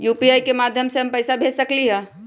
UPI के माध्यम से हम पैसा भेज सकलियै ह?